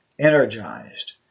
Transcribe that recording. energized